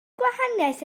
gwahaniaeth